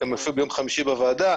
וגם יופיעו ביום חמישי בוועדה,